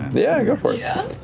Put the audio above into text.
yeah, go for yeah